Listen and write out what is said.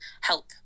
help